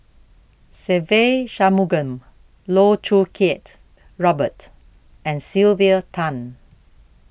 Se Ve Shanmugam Loh Choo Kiat Robert and Sylvia Tan